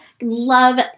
love